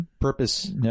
purpose